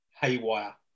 Haywire